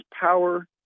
power